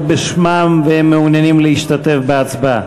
בשמם והם מעוניינים להשתתף בהצבעה?